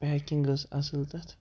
packing ٲس اَصٕل تَتھ